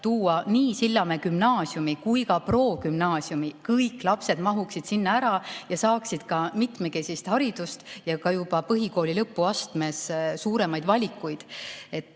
tuua nii gümnaasiumi kui ka progümnaasiumi. Kõik lapsed mahuksid sinna ära, saaksid mitmekesist haridust ja juba põhikooli lõpuastmes suuremaid valikuid.